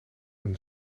een